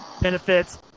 benefits